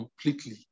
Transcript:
completely